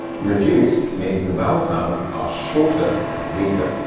reduced means the vowel sounds are shorter and weaker.